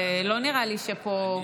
ולא נראה לי שפה,